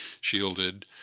shielded